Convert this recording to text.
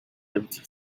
empty